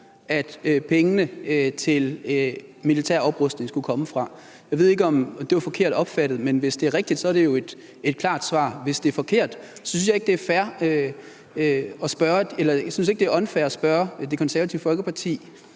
pengene til militær oprustning skulle komme fra. Jeg ved ikke, om det var forkert opfattet, men hvis det er rigtigt, er det jo et klart svar. Hvis det er forkert, synes jeg ikke, det er unfair at spørge Det Konservative Folkeparti